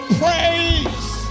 praise